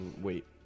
Wait